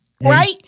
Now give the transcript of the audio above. right